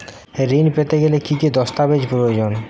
ঋণ পেতে গেলে কি কি দস্তাবেজ প্রয়োজন?